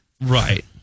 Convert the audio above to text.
Right